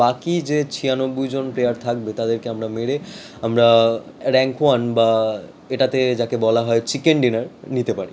বাকি যে ছিয়ানব্বই জন প্লেয়ার থাকবে তাদেরকে আমরা মেরে আমরা র্যাঙ্ক ওয়ান বা এটাতে যাকে বলা হয় চিকেন ডিনার নিতে পারি